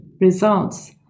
results